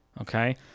Okay